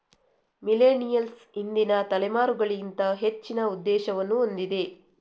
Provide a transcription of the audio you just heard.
millennials ಹಿಂದಿನ ತಲೆಮಾರುಗಳಿಗಿಂತ ಹೆಚ್ಚಿನ ಉದ್ದೇಶವನ್ನು ಹೊಂದಿದೆ